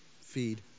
Feed